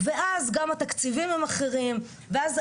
בשירותים הווטרינרים בשנים האחרונות